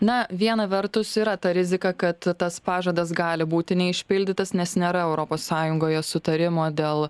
na viena vertus yra ta rizika kad tas pažadas gali būti neišpildytas nes nėra europos sąjungoje sutarimo dėl